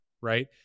Right